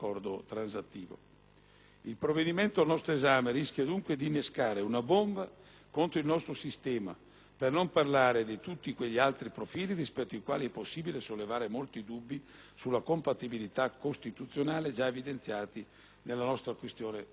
contro il nostro sistema, per non parlare di tutti gli altri profili rispetto ai quali è possibile sollevare molti dubbi sulla compatibilità costituzionale già evidenziati nella nostra questione pregiudiziale. Intendo sottolineare, infine, che il decreto al nostro esame,